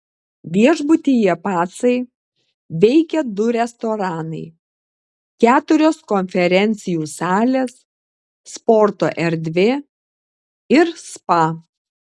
viešbutyje pacai veikia du restoranai keturios konferencijų salės sporto erdvė ir spa